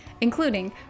including